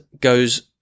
goes